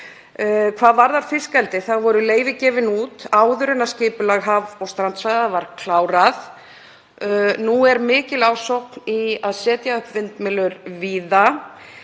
Hvað varðar fiskeldi voru leyfi gefin út áður en skipulag haf- og strandsvæða var klárað. Nú er mikil ásókn í að setja upp vindmyllur víða.